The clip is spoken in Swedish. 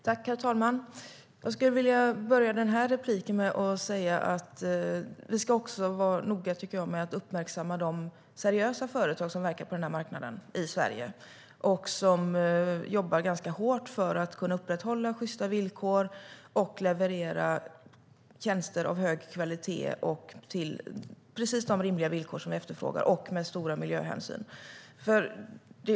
Herr talman! Jag skulle vilja börja den här repliken med att säga att vi också ska vara noga med att uppmärksamma de seriösa företag som verkar på denna marknad i Sverige. De jobbar ganska hårt för att kunna upprätthålla sjysta villkor och leverera tjänster av hög kvalitet till precis de rimliga villkor som vi efterfrågar och med stor miljöhänsyn.